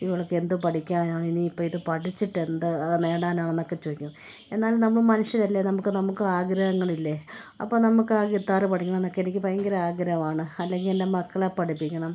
ഇവളൊക്കെ എന്ത് പഠിക്കാനാണ് ഇനി ഇപ്പോൾ ഇത് പഠിച്ചിട്ടെന്ത് നേടാനാണെന്നൊക്കെ ചോദിക്കും എന്നാലും നമ്മൾ മനുഷ്യരല്ലേ നമുക്ക് നമുക്ക് ആഗ്രഹങ്ങളില്ലേ അപ്പോൾ നമുക്ക് ആ ഗിത്താർ പഠിക്കണമെന്നൊക്കെ എനിക്ക് ഭയങ്കര ആഗ്രഹമാണ് അല്ലെങ്കിൽ എൻ്റെ മക്കളെ പഠിപ്പിക്കണം